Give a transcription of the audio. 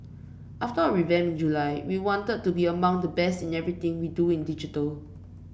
after our revamp in July we wanted to be among the best in everything we do in digital